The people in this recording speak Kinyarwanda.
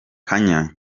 kanye